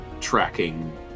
tracking